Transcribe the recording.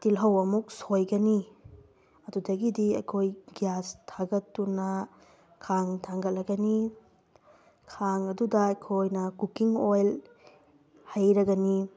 ꯇꯤꯜꯂꯧ ꯑꯃꯨꯛ ꯁꯣꯏꯒꯅꯤ ꯑꯗꯨꯗꯒꯤꯗꯤ ꯑꯩꯈꯣꯏ ꯒ꯭ꯌꯥꯁ ꯊꯥꯒꯠꯇꯨꯅ ꯈꯥꯡ ꯊꯥꯡꯒꯠꯂꯒꯅꯤ ꯈꯥꯡ ꯑꯗꯨꯗ ꯑꯩꯈꯣꯏꯅ ꯀꯨꯛꯀꯤꯡ ꯑꯣꯏꯜ ꯍꯩꯔꯒꯅꯤ